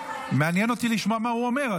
מעניין אותי לשמוע מה הוא אומר.